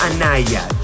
Anaya